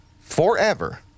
forever